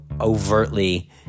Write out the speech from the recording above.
overtly